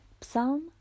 psalm